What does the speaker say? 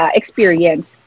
experience